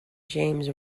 james